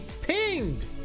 pinged